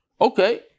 Okay